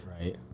right